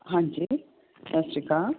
ਹਾਂਜੀ ਸਤਿ ਸ਼੍ਰੀ ਅਕਾਲ